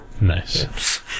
Nice